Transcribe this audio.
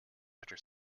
after